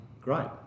Great